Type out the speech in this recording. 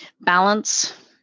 balance